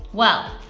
well,